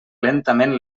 lentament